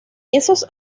esos